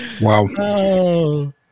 Wow